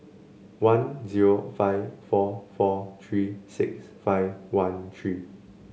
one zero five four four three six five one three